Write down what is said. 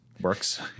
works